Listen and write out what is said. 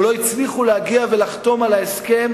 או לא הצליחו להגיע ולחתום על ההסכם